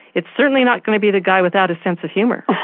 it's certainly not going to be the guy without a sense of humour.